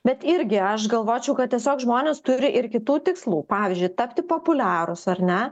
bet irgi aš galvočiau kad tiesiog žmonės turi ir kitų tikslų pavyzdžiui tapti populiarūs ar ne